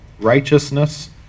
righteousness